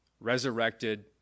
resurrected